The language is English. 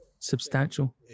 Substantial